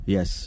Yes